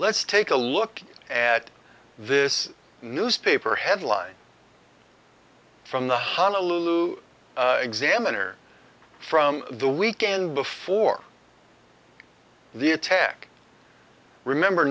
let's take a look at this newspaper headline from the honolulu examiner from the weekend before the attack remember